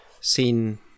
seen